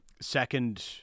second